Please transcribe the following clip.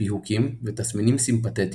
פיהוקים ותסמינים סימפטטיים.